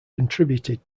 contributed